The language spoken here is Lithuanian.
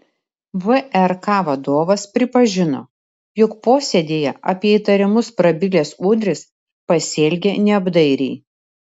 vrk vadovas pripažino jog posėdyje apie įtarimus prabilęs udris pasielgė neapdairiai